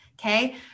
Okay